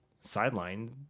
sideline